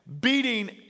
beating